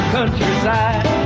Countryside